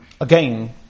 again